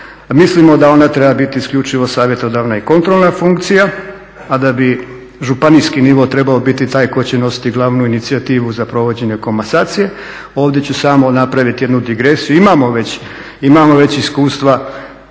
Mislimo da ona treba biti isključivo savjetodavna i kontrolna funkcija, a da bi županijski nivo trebao biti taj koji će nositi glavnu inicijativu za provođenje komasacije. Ovdje će samo napraviti jednu digresiju, imamo već iskustva